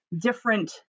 different